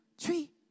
three